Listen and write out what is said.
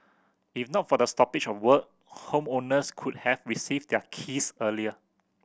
if not for the stoppage of work homeowners could have received their keys earlier